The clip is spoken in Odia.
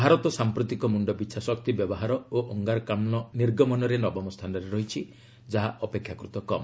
ଭାରତ ସାମ୍ପ୍ରତିକ ମୁଣ୍ଡପିଛା ଶକ୍ତି ବ୍ୟବହାର ଓ ଅଙ୍ଗାରକାମ୍କ ନିର୍ଗମନରେ ନବମ ସ୍ଥାନରେ ରହିଛି ଯାହା ଅପେକ୍ଷାକୃତ କମ୍